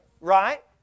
Right